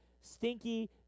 stinky